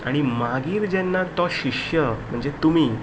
आनी मागीर जेन्ना तो शिश्य म्हणजे तुमी